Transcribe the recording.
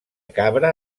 cabra